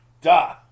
Duh